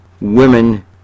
women